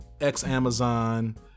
ex-Amazon